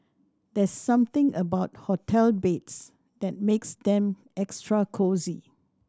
there's something about hotel beds that makes them extra cosy